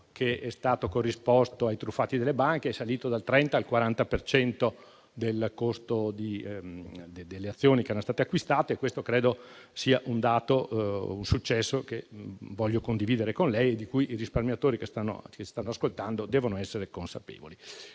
che è stato corrisposto ai truffati delle banche è salito dal 30 al 40 per cento del costo delle azioni che erano state acquistate. Credo sia un successo che voglio condividere con lei, di cui i risparmiatori che stanno ascoltando devono essere consapevoli.